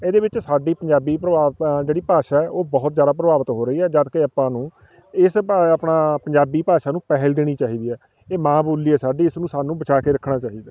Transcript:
ਇਹਦੇ ਵਿੱਚ ਸਾਡੀ ਪੰਜਾਬੀ ਪ੍ਰਭਾਵਿਤ ਆ ਜਿਹੜੀ ਭਾਸ਼ਾ ਹੈ ਉਹ ਬਹੁਤ ਜ਼ਿਆਦਾ ਪ੍ਰਭਾਵਿਤ ਹੋ ਰਹੀ ਹੈ ਜਦਕਿ ਆਪਾਂ ਨੂੰ ਇਸ ਪ ਆਪਣਾ ਪੰਜਾਬੀ ਭਾਸ਼ਾ ਨੂੰ ਪਹਿਲ ਦੇਣੀ ਚਾਹੀਦੀ ਆ ਇਹ ਮਾਂ ਬੋਲੀ ਹੈ ਸਾਡੀ ਇਸਨੂੰ ਸਾਨੂੰ ਬਚਾ ਕੇ ਰੱਖਣਾ ਚਾਹੀਦਾ